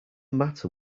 matter